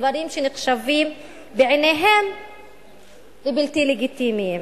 דברים שנחשבים בעיניהם לבלתי לגיטימיים.